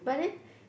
but then